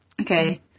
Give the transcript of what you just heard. Okay